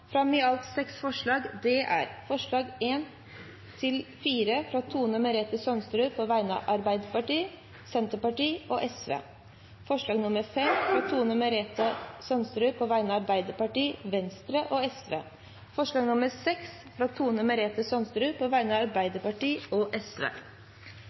fram i alt seks forslag. Det er forslagene nr. 1–4, fra Tone Merete Sønsterud på vegne av Arbeiderpartiet, Senterpartiet og Sosialistisk Venstreparti forslag nr. 5, fra Tone Merete Sønsterud på vegne av Arbeiderpartiet, Venstre og Sosialistisk Venstreparti forslag nr. 6, fra Tone Merete Sønsterud på vegne av